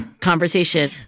conversation